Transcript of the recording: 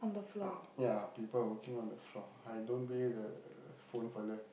ya people working on the floor I don't believe the phone fella